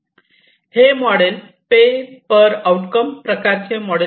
हे model pay per outcome प्रकारचे model आहे